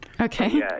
Okay